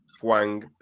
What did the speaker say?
Huang